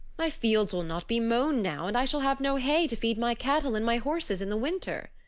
my fields will not be mown now, and i shall have no hay to feed my cattle and my horses in the winter.